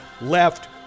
left